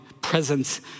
presence